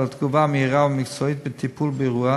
התגובה המהירה והמקצועית בטיפול באירוע,